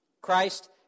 Christ